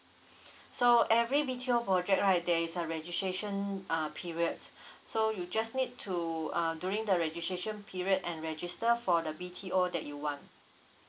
so every B_T_O project right there is a registration uh periods so you just need to uh during the registration period and register for the B_T_O that you want